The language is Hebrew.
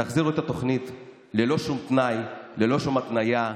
תחזירו את התוכנית ללא שום תנאי, ללא שום התניה.